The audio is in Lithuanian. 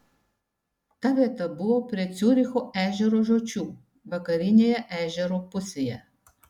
ta vieta buvo prie ciuricho ežero žiočių vakarinėje ežero pusėje